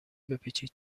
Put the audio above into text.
بپیچید